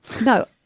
No